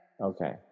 Okay